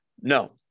No